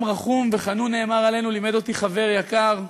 עם רחום וחנון נאמר עלינו, לימד אותי חבר יקר,